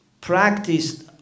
practiced